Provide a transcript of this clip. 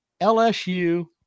LSU